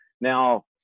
now